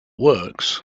works